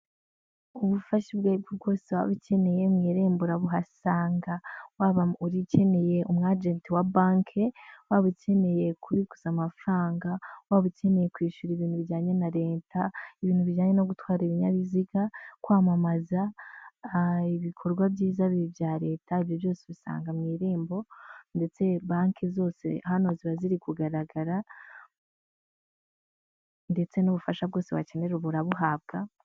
Ubufasha ubwari bwo bwose waba ukeneye mu irembo ura buhasanga waba ukeneye umu agent wa banki, waba ubukeneye kubikuza amafaranga, waba ukeneye kwishyura ibintu bijyanye na leta, ibintu bijyanye no gutwara ibinyabiziga, kwamamaza ibikorwa byiza bya leta, ibyo byose ubisanga mu irembo ndetse banki zose hano ziba ziri kugaragara ndetse n'ubufasha bwose wakenera urabuhabwa.